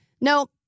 No